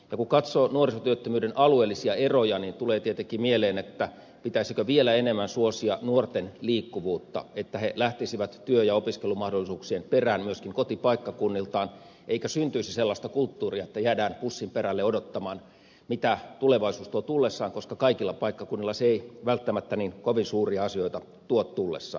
kun katsoo nuorisotyöttömyyden alueellisia eroja niin tulee tietenkin mieleen pitäisikö vielä enemmän suosia nuorten liikkuvuutta että he lähtisivät työ ja opiskelumahdollisuuksien perään myöskin kotipaikkakunniltaan eikä syntyisi sellaista kulttuuria että jäädään pussinperälle odottamaan mitä tulevaisuus tuo tullessaan koska kaikilla paikkakunnilla se ei välttämättä niin kovin suuria asioita tuo tullessaan